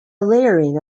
layering